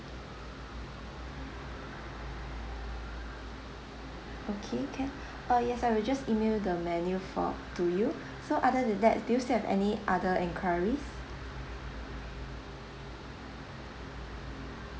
okay can uh yes I will just email the menu for to you so other than that do you still have any other enquiries